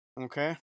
okay